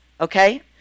Okay